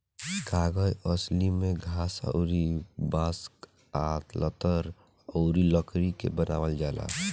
कागज असली में घास अउर बांस आ लतर अउरी लकड़ी से बनावल जाला